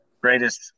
greatest